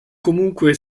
comunque